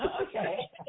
Okay